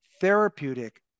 therapeutic